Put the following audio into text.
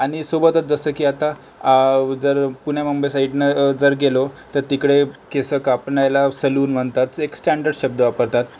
आणि सोबतच जसं की आता जर पुण्या मुंबई साईडनं जर गेलो तर तिकडे केस कापण्याला सलून म्हणतात एक स्टॅंडर्ड शब्द वापरतात